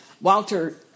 Walter